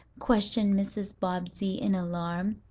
questioned mrs. bobbsey, in alarm.